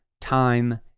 time